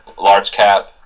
large-cap